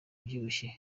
ubyibushye